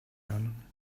lernen